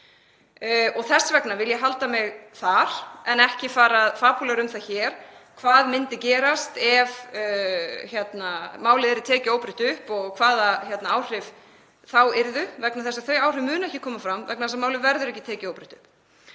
Þess vegna vil ég halda mig þar en ekki fara að fabúlera um það hér hvað myndi gerast ef málið yrði tekið óbreytt upp og hvaða áhrif yrðu þá, vegna þess að þau áhrif munu ekki koma fram því að málið verður ekki tekið óbreytt upp.